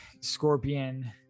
scorpion